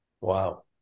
Wow